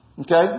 Okay